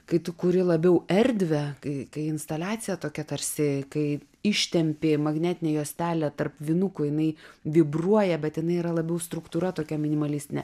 kai tu kuri labiau erdvę kai instaliacija tokia tarsi kai ištempė magnetinę juostelę tarp vinukų jinai vibruoja bet jinai yra labiau struktūra tokia minimalistinė